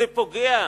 זה פוגע,